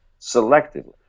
selectively